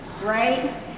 right